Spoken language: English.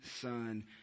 Son